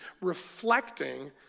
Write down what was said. reflecting